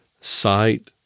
Sight